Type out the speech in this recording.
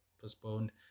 postponed